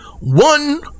one